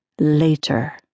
Later